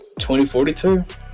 2042